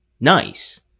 nice